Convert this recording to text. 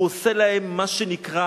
הוא עושה להם מה שנקרא